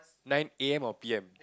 nine am or p_m